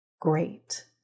Great